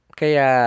kaya